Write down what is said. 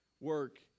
Work